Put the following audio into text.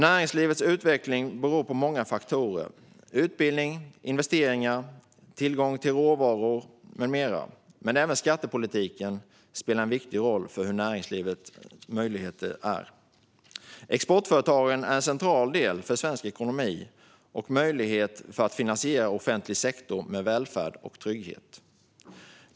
Näringslivets utveckling beror på många faktorer: utbildning, investeringar, tillgång till råvaror med mera. Men även skattepolitiken spelar en viktig roll för näringslivets möjligheter. Exportföretagen är centrala för svensk ekonomi och möjligheten att finansiera offentlig sektor med välfärd och trygghet.